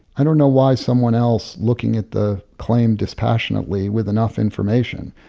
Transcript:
i don't know why someone else looking at the claim dispassionately, with enough information,